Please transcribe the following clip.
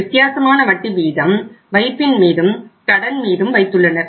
வித்தியாசமான வட்டிவீதம் வைப்பின் மீதும் கடன் மீதும் வைத்துள்ளனர்